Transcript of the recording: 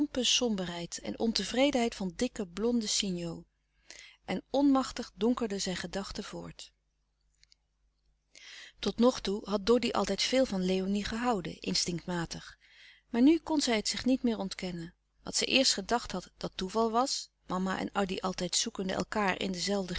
somberheid en ontevredenheid van dikken blonden sinjo en onmachtig donkerde zijn gedachte voort tot nog toe had doddy altijd veel van léonie gehouden instinctmatig maar nu kon zij het zich niet meer ontkennen wat zij eerst gedacht had dat toeval was mama en addy altijd zoekende elkaâr in